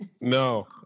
No